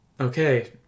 Okay